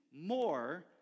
more